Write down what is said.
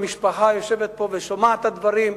המשפחה יושבת פה ושומעת את הדברים.